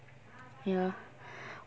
ya